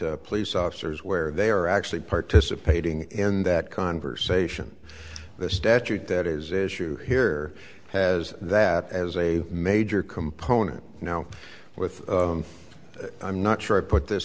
police officers where they are actually participating in that conversation the statute that is issue here has that as a major component now with i'm not sure i put this